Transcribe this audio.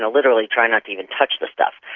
literally try not to even touch the stuff.